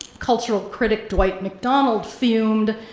cultural critic dwight mcdonald fumed,